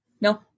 no